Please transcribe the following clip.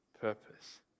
purpose